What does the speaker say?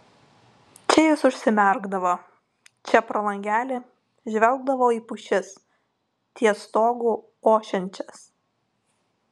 čia jis užsimerkdavo čia pro langelį žvelgdavo į pušis ties stogu ošiančias